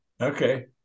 Okay